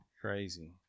crazy